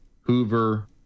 Hoover